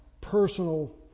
personal